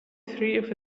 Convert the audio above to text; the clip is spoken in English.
three